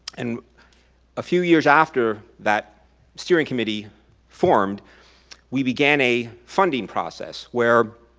and a few years after that steering committee formed we began a funding process where